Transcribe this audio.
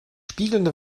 spiegelnde